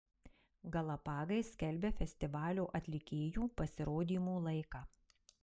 galapagai skelbia festivalio atlikėjų pasirodymų laiką